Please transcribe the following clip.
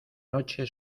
noche